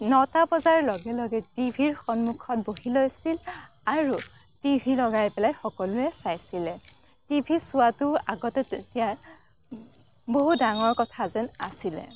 নটা বজাৰ লগে লগে টি ভিৰ সন্মুখত বহি লৈছিল আৰু টি ভি লগাই পেলাই সকলোৱে চাইছিলে টি ভি চোৱাটো আগতে তেতিয়া বহু ডাঙৰ কথা যেন আছিলে